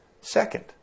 second